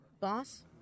Boss